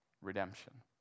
redemption